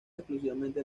exclusivamente